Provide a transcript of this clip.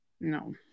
No